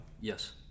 Yes